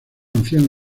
anciano